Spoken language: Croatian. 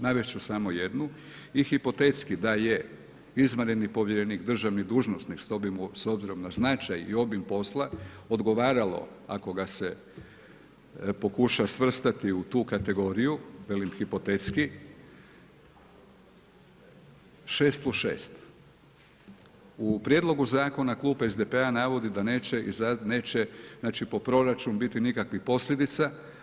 Navesti ću samo jednu i hipotetski da je izvanredni povjerenik državni dužnosnika, što bi mu s obzirom na značaj i obim posla, odgovarao, ako ga se pokuša svrstati u tu kategoriju, velim hipotetski, 6 plus 6. U prijedlogu zakona Klub SDP-a navodi da neće po proračunu biti nikakvih posljedica.